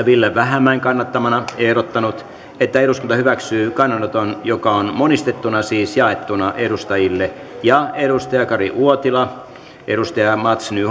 ville vähämäen kannattamana ehdottanut että eduskunta hyväksyy kannnanoton joka on monistettuna jaettu edustajille ja kari uotila mats